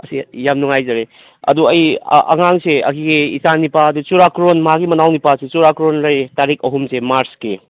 ꯑꯁꯤ ꯌꯥꯝ ꯅꯨꯡꯉꯥꯏꯖꯔꯦ ꯑꯗꯣ ꯑꯩ ꯑꯉꯥꯡꯁꯦ ꯑꯩꯒꯤ ꯏꯆꯥ ꯅꯤꯄꯥꯗꯨ ꯆꯨꯔꯥꯀꯣꯔꯣꯟ ꯃꯥꯒꯤ ꯃꯅꯥꯎ ꯅꯤꯄꯥꯁꯤ ꯆꯨꯔꯥꯀꯣꯔꯣꯟ ꯂꯩꯌꯦ ꯇꯔꯤꯛ ꯑꯍꯨꯝꯁꯦ ꯃꯥꯔꯁꯀꯤ